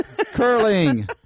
Curling